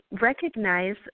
recognize